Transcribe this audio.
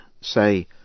say